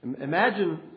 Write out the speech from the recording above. Imagine